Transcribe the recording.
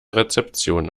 rezeption